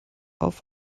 auf